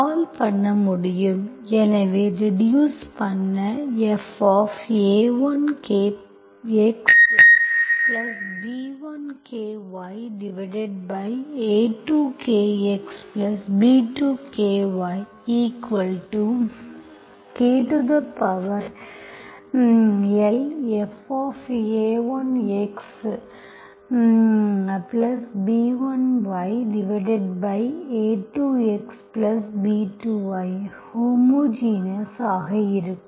solve பண்ண முடியும் எனவே ரெடியூஸ் பண்ண fa1k Xb1k Ya2k Xb2k Yklfa1Xb1Ya2Xb2Yஹோமோஜினஸ் ஆக இருக்கும்